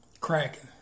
Cracking